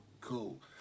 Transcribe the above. Cool